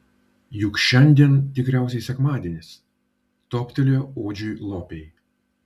juk šiandien tikriausiai sekmadienis toptelėjo odžiui lopei